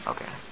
Okay